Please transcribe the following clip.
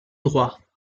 droit